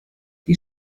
die